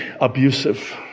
Abusive